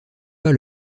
pas